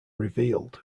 revealed